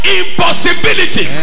impossibility